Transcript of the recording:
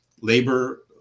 labor